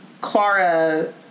Clara